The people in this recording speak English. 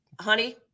honey